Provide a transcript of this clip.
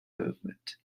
movement